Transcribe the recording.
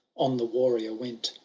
on the warrior went.